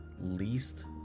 Least